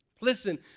Listen